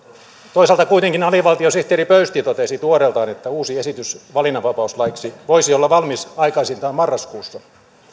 toisaalta kuitenkin alivaltiosihteeri pöysti totesi tuoreeltaan että uusi esitys valinnanvapauslaiksi voisi olla valmis aikaisintaan marraskuussa